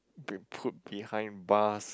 be put behind bars